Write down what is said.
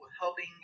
helping